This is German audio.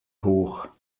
hoch